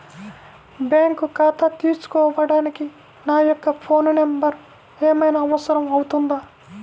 Bank ఖాతా తీసుకోవడానికి నా యొక్క ఫోన్ నెంబర్ ఏమైనా అవసరం అవుతుందా?